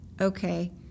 okay